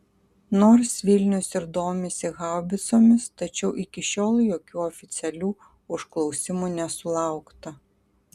nors vilnius ir domisi haubicomis tačiau iki šiol jokių oficialių užklausimų nesulaukta